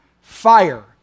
fire